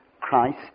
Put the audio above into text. Christ